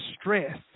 stress